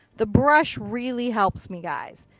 the brush really helps me guys.